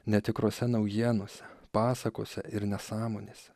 netikrose naujienose pasakose ir nesąmonėse